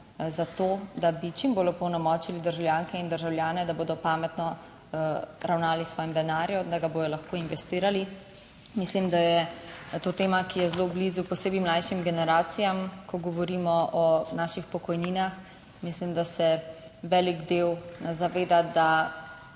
za to, da bi čim bolj opolnomočili državljanke in državljane, da bodo pametno ravnali s svojim denarjem, da ga bodo lahko investirali. Mislim, da je to tema, ki je zelo blizu posebej mlajšim generacijam, ko govorimo o naših pokojninah. Mislim, da se velik del zaveda, da